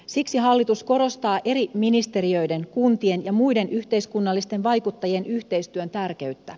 siksi hallitus korostaa eri ministeriöiden kuntien ja muiden yhteiskunnallisten vaikuttajien yhteistyön tärkeyttä